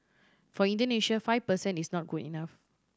for Indonesia five per cent is not good enough